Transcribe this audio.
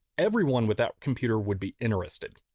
everyone with that computer would be interested.